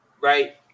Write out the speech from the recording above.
Right